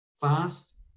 fast